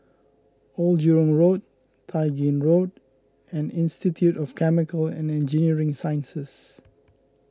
Old Jurong Road Tai Gin Road and Institute of Chemical and Engineering Sciences